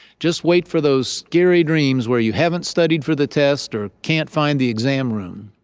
just wait for those scary dreams where you haven't studied for the test or can't find the exam room.